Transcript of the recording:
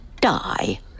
die